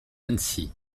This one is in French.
annecy